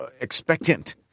expectant